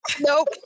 Nope